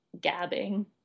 gabbing